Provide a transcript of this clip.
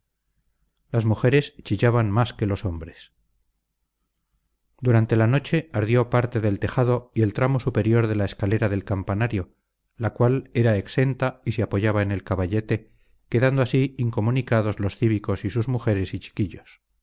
las mujeres chillaban más que los hombres durante la noche ardió parte del tejado y el tramo superior de la escalera del campanario la cual era exenta y se apoyaba en el caballete quedando así incomunicados los cívicos y sus mujeres y chiquillos